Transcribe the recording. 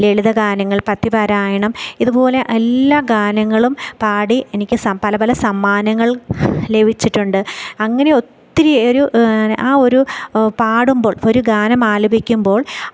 ലളിത ഗാനങ്ങൾ പദ്യപാരായണം ഇതുപോലെ എല്ലാ ഗാനങ്ങളും പാടി എനിക്ക് സ പല പല സമ്മാനങ്ങൾ ലഭിച്ചിട്ടുണ്ട് അങ്ങനെ ഒത്തിരി ഒരു ന ആ ഒരു പാടുമ്പോൾ ഒരു ഗാനം ആലപിക്കുമ്പോൾ